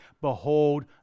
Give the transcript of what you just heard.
Behold